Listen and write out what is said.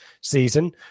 season